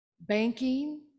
banking